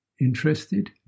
interested